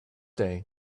day